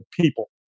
people